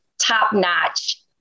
top-notch